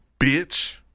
bitch